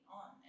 on